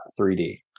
3D